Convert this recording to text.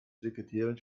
sekretärin